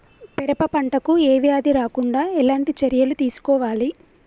పెరప పంట కు ఏ వ్యాధి రాకుండా ఎలాంటి చర్యలు తీసుకోవాలి?